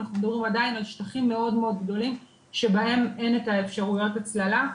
אנחנו מדברים עדיין על שטחים מאוד גדולים שבהם אין את אפשרויות ההצללה.